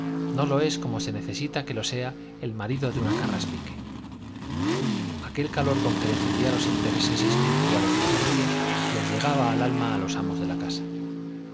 no lo es como se necesita que lo sea el marido de una carraspique aquel calor con que defendía los intereses espirituales de la familia les llegaba al alma a los amos de la casa